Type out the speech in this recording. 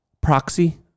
Proxy